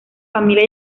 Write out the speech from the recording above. familia